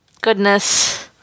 goodness